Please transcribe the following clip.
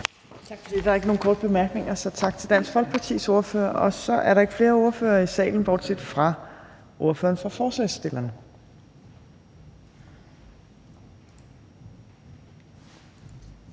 Tak for det. Der er ikke nogen korte bemærkninger, så tak til Dansk Folkepartis ordfører. Og så er der ikke flere ordførere i salen, bortset fra ordføreren for forslagsstillerne.